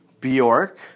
Bjork